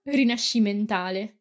rinascimentale